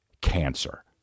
cancer